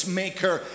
maker